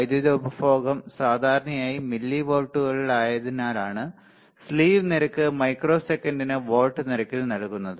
വൈദ്യുതി ഉപഭോഗം സാധാരണയായി മില്ലിവോൾട്ടുകളായതിനാലാണ് സ്ലീവ് നിരക്ക് മൈക്രോസെക്കന്റിന് വോൾട്ട് നിരക്കിൽ നൽകുന്നത്